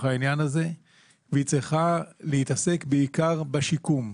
העניין הזה והיא צריכה להתעסק בעיקר בשיקום.